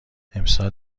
امسال